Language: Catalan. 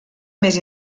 més